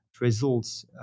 results